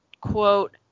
quote